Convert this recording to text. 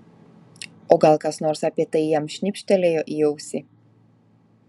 o gal kas nors apie tai jam šnibžtelėjo į ausį